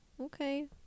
Okay